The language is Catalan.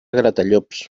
gratallops